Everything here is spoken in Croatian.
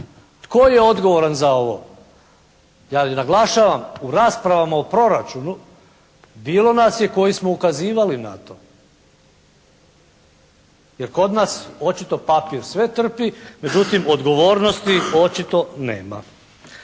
Tko je odgovoran za ovo? Ja naglašavam u raspravama u proračunu bilo nas je koji smo ukazivali na to jer kod nas očito papir sve trpi, međutim odgovornosti očito nema.